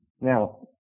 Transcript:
Now